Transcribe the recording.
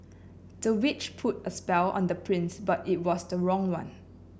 the witch put a spell on the prince but it was the wrong one